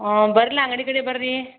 ಹ್ಞೂ ಬರ್ಲ ಅಂಗಡಿ ಕಡೆ ಬನ್ರಿ